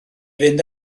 fynd